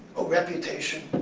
oh reputation,